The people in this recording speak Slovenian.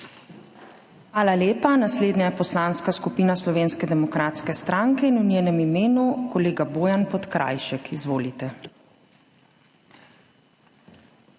Hvala lepa. Naslednja je Poslanska skupina Slovenske demokratske stranke in v njenem imenu kolega Bojan Podkrajšek. Izvolite.